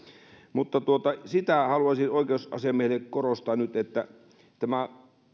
sitä haluaisin oikeusasiamiehelle korostaa nyt että